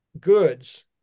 goods